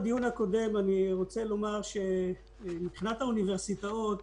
של האוניברסיטאות